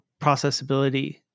processability